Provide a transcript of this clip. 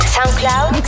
SoundCloud